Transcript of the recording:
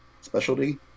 specialty